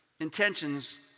intentions